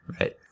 Right